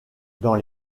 dans